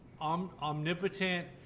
omnipotent